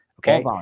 Okay